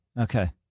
Okay